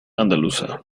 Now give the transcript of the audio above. andaluza